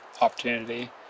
opportunity